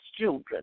children